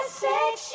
sex